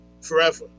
forever